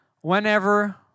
whenever